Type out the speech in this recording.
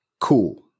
cool